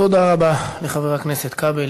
תודה רבה לחבר הכנסת כבל.